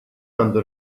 għandu